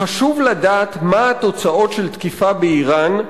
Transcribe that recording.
"חשוב לדעת מה התוצאות של תקיפה באירן,